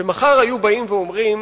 שמחר היו באים ואומרים: